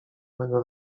mego